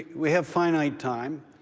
we have finite time.